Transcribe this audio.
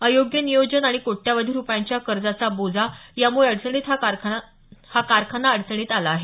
अयोग्य नियोजन आणि कोट्यवधी रुपयांच्या कर्जाचा बोजा यामुळे अडचणीत हा कारखाना अडचणीत आला आहे